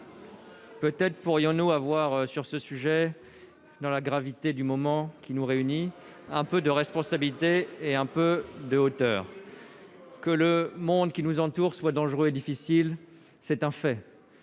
Peut-être pourrions-nous avoir sur ce sujet dans la gravité du moment qui nous réunit un peu de responsabilité et un peu de hauteur que le monde qui nous entoure soit dangereux et difficile, c'est un fait